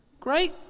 Great